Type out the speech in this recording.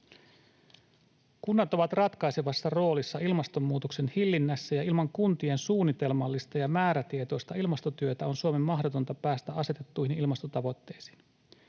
”Kunnat ovat ratkaisevassa roolissa ilmastonmuutoksen hillinnässä, ja ilman kuntien suunnitelmallista ja määrätietoista ilmastotyötä on Suomen mahdotonta päästä asetettuihin ilmastotavoitteisiin.